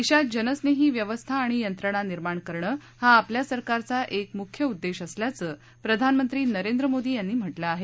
देशात जनस्नेही व्यवस्था आणि यंत्रणा निर्माण करणं हा आपल्या सरकारचा एक मुख्य उद्देश असल्याचं प्रधानमंत्री नरेंद्र मोदी यांनी म्हटलं आहे